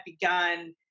begun